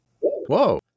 Whoa